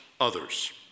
others